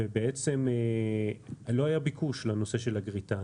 ובעצם לא היה ביקוש לגריטה.